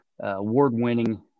award-winning